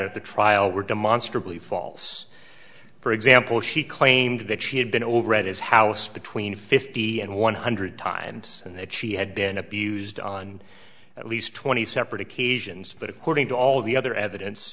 of the trial were demonstrably false for example she claimed that she had been overread as house between fifty and one hundred times and that she had been abused on at least twenty separate occasions but according to all the other evidence